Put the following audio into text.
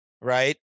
right